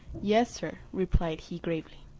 yes, sir, replied he gravely,